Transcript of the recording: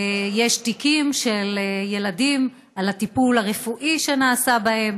יש תיקים של ילדים על הטיפול הרפואי שנעשה בהם,